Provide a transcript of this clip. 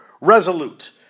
Resolute